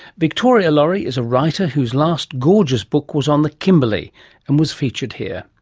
victoria laurie is a writer whose last gorgeous book was on the kimberley and was features here.